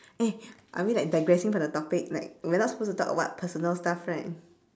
eh are we like digressing from the topic like we are not supposed to talk about personal stuff right